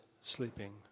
sleeping